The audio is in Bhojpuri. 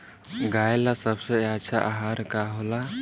गाय ला सबसे अच्छा आहार का होला?